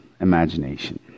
imagination